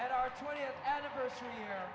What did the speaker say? at our twentieth anniversary o